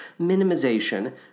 Minimization